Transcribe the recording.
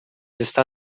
está